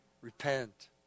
Repent